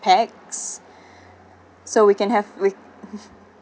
packs so we can have wi~